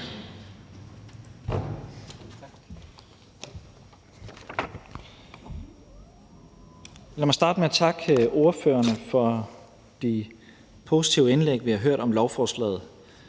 Lad mig starte med at takke ordførerne for de positive indlæg, vi har hørt om lovforslaget.